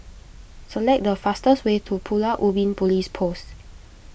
select the fastest way to Pulau Ubin Police Post